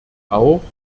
auch